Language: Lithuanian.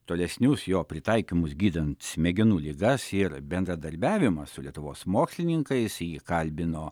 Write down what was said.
tolesnius jo pritaikymus gydant smegenų ligas ir bendradarbiavimą su lietuvos mokslininkais jį kalbino